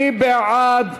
מי בעד?